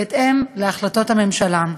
בהתאם להחלטות הממשלה.